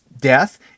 death